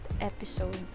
episode